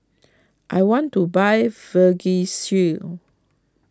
I want to buy Vagisil